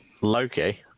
Loki